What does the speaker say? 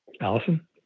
Allison